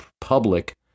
public